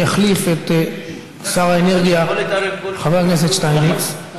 יחליף את שר האנרגיה חבר הכנסת שטייניץ.